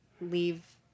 leave